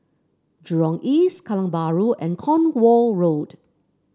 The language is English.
Jurong East Kallang Bahru and Cornwall Road